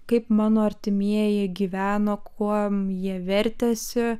kaip mano artimieji gyveno kuom jie vertėsi